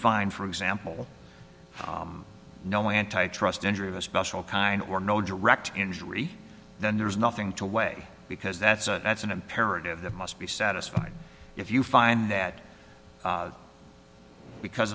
find for example no antitrust injury of a special kind or no direct injury then there is nothing to weigh because that's a that's an imperative that must be satisfied if you find that because